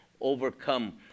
overcome